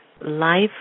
life